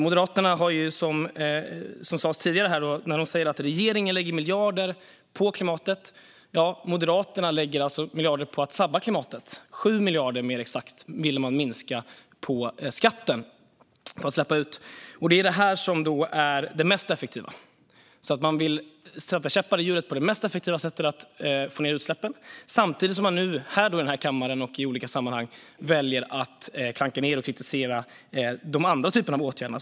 Moderaterna säger att regeringen lägger miljarder på klimatet medan de själva lägger miljarder på att sabba klimatet. Mer exakt vill Moderaterna minska utsläppsskatten med 7 miljarder, och skatt är som sagt den mest effektiva åtgärden. Moderaterna vill alltså sätta käppar i hjulet för det mest effektiva sättet att få ned utsläppen samtidigt som de i kammaren och i andra sammanhang väljer att kritisera de andra typerna av åtgärder.